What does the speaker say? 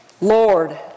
Lord